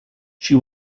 she